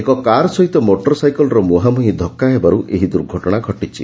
ଏକ କାର ସହିତ ମୋଟର ସାଇକଲର ମୁହାଁମୁହି ଧକ୍କ ହେବାରୁ ଏହି ଦୁର୍ଘଟଣା ଘଟିଛି